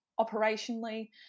operationally